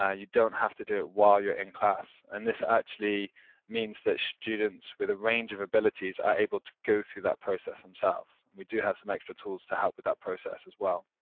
ah you don't have to do it while you're in class and this actually means that students with a range of abilities are able to go through that process themselves. we do have some extra tools to help with that process as well,